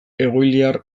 egoiliar